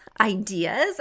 ideas